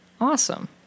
Awesome